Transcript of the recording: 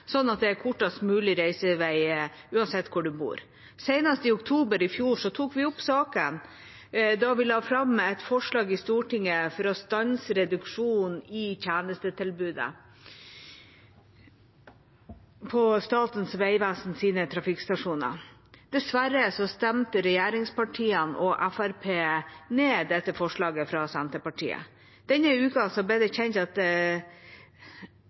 sånn at det er kortest mulig reisevei uansett hvor man bor. Senest i oktober i fjor tok vi opp saken, da vi la fram et forslag i Stortinget for å stanse reduksjonen i tjenestetilbudet på Statens vegvesens trafikkstasjoner. Dessverre stemte regjeringspartiene og Fremskrittspartiet ned dette forslaget fra Senterpartiet. Ved avgivelsen ble det kjent at